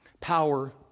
Power